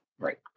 Right